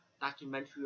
Documentary